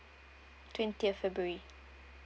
twentieth february